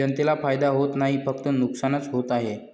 जनतेला फायदा होत नाही, फक्त नुकसानच होत आहे